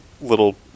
little